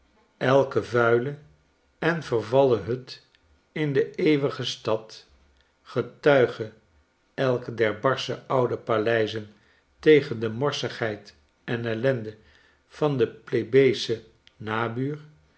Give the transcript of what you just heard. elke vuile en vervallenhutin deeeuwige stad getuige elk der barsche oude paleizen tegen de morsigheid en ellende van den plebeeschen nabuur